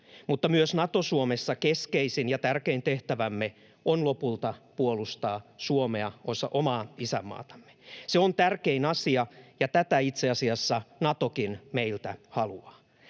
mutta myös Nato-Suomessa keskeisin ja tärkein tehtävämme on lopulta puolustaa Suomea, omaa isänmaatamme. Se on tärkein asia, ja tätä itse asiassa Natokin meiltä haluaa,